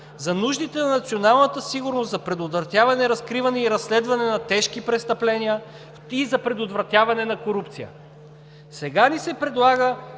за нуждите на националната сигурност, за предотвратяване, разкриване и разследване на тежки престъпления и за предотвратяване на корупция. Сега ни се предлага